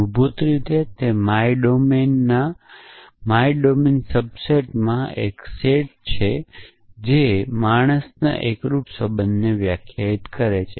મૂળભૂત રીતે તે માય ડોમેનના માય ડોમેન સબસેટમાં એક સેટ છે જે માણસના એકરૂપ સંબંધને વ્યાખ્યાયિત કરે છે